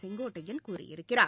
செங்கோட்டையன் கூறியிருக்கிறார்